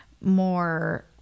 more